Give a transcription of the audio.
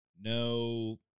no